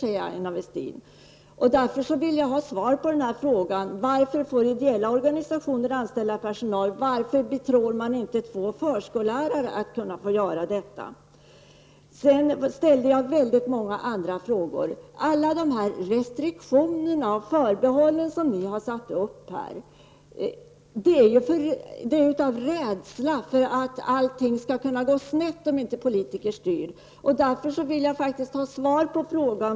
Jag vill därför ha svar på frågan om varför ideella organisationer får anställa personal och varför man inte behöver två förskollärare att göra detta. Jag ställde många andra frågor. Det är väl av rädsla att allting kan gå snett om inte politiker styr som ni har satt upp restriktioner och förbehåll.